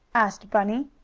asked bunny.